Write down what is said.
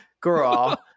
girl